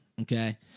okay